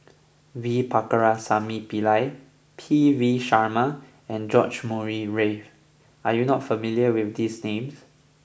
V Pakirisamy Pillai P V Sharma and George Murray Reith are you not familiar with these names